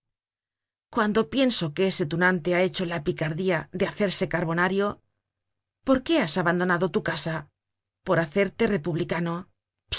cuando pienso que ese tunante ha hecho la picardía de hacerse carbonario por qué has abandonado tu casa por hacerte republicano